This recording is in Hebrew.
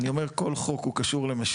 אני אומר שכל חוק קשור למשילות.